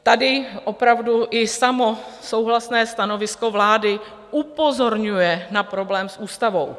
Tady opravdu i samo souhlasné stanovisko vlády upozorňuje na problém s ústavou.